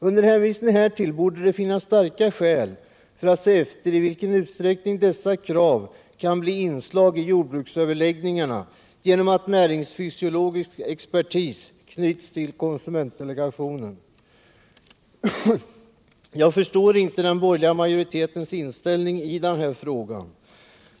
Med hänvisning härtill borde det finnas starka skäl för att se efter i vilken utsträckning dessa krav kan bli inslag i jordbruksöverläggningarna genom att näringsfysiologisk expertis knyts till konsumentdelegationen. Jag förstår inte den borgerliga majoritetens inställning i den här frågan.